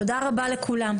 תודה רבה לכולם,